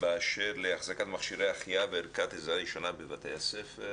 באשר להחזקת מכשירי החייאה וערכת עזרה ראשונה בבתי הספר